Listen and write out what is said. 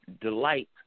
delight